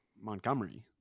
Montgomery